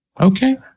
Okay